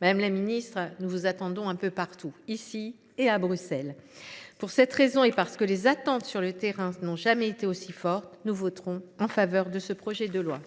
Madame la ministre, nous vous attendons donc ici comme à Bruxelles ! Pour cette raison, et parce que les attentes sur le terrain n’ont jamais été aussi fortes, nous voterons en faveur de ce projet de loi.